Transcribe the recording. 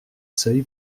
seuil